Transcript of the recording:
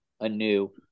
anew